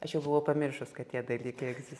aš jau buvau pamiršus kad tie dalykai egzis